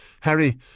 Harry